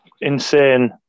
insane